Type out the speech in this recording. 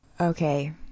Okay